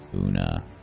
Una